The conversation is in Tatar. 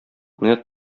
менә